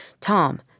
Tom